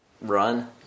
run